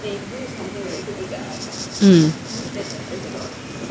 um